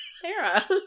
sarah